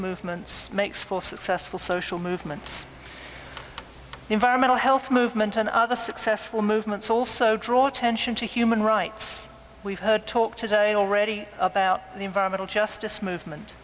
movements makes for successful social movements environmental health movement and other successful movements also draw attention to human rights we've heard talk today already about the environmental justice movement